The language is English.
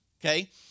Okay